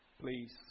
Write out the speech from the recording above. Please